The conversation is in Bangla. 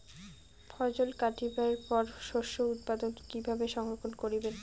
ফছল কাটিবার পর শস্য উৎপাদন কিভাবে সংরক্ষণ করিবেন?